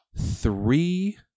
three